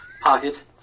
pocket